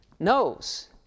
knows